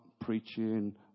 preaching